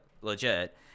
legit